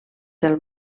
del